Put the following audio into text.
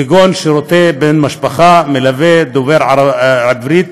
כגון שירותי בן משפחה מלווה הדובר עברית